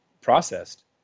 processed